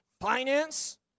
finance